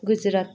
Gujarat